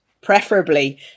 preferably